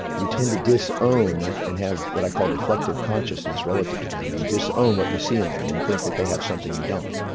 you tend to disown and have what i call deflective consciousness relative to them, and disown what you see in them, and think that they have something you don't.